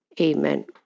Amen